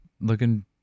looking